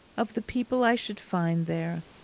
of the people i should find there,